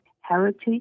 Heritage